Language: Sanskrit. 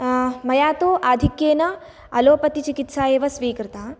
मया तु आधिक्येन अलोपतिचिकित्सा एव स्वीकृता